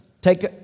Take